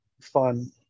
fun